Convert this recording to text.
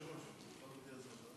כבוד היושב-ראש, אני יכול להודיע הודעה?